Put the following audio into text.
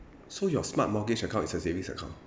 so your smart mortgage account is a savings account